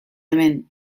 hemen